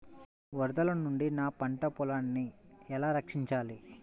వరదల నుండి నా పంట పొలాలని ఎలా రక్షించాలి?